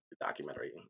documentary